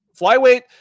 flyweight